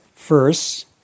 First